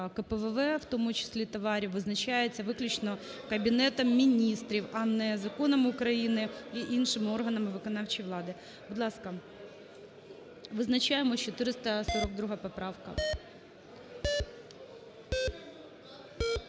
КПВВ, в тому числі товарів, визначається виключно Кабінетом Міністрів, а не законом України і іншими органами виконавчої влади. Будь ласка, визначаємо, 442 поправка.